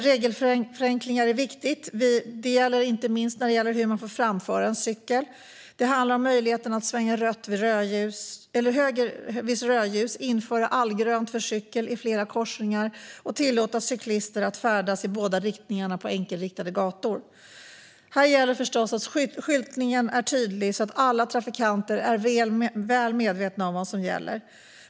Regelförenklingar är viktigt, inte minst när det gäller hur man får framföra en cykel. Det handlar om möjligheten att svänga höger vid rödljus, införa allgrönt för cykel i flera korsningar och tillåta cyklister att färdas i båda riktningarna på enkelriktade gator. Här gäller det förstås att skyltningen är tydlig så att alla trafikanter är väl medvetna om vad som gäller.